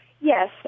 Yes